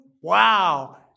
wow